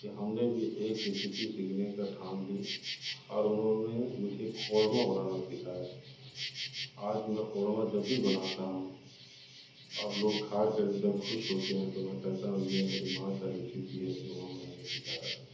کہ ہم نے بھی ایک ریسیپی سیکھنے کا ٹھان لی اور انہوں نے مجھے قورمہ بنانا سکھایا آج میں قورمہ جب بھی بناتا ہوں اور لوگ کھا کر جب خوش ہوتے ہیں تو میں کہتا ہوں یہ میری ماں کا ریسیپی ہے جو انہوں نے مجھے سکھایا تھا